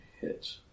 hit